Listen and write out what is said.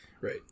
Right